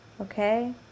Okay